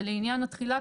ולעניין התחילה,